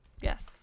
Yes